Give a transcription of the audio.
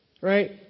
right